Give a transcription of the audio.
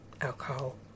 alcohol